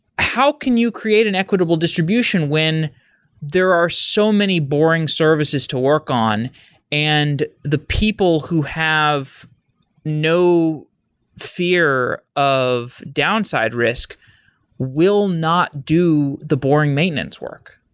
how can you create an equitable distribution when there are so many boring services to work on and the people who have no fear of downside risk will not do the boring maintenance work?